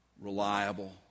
reliable